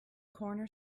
corner